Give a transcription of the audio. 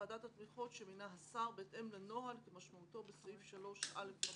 ועדת התמיכות שמינה השר בהתאם לנוהל כמשמעותו בסעיף 3א(ו)